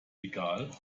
egal